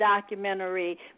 documentary